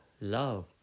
love